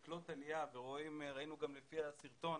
לקלוט עלייה וראינו בסרטון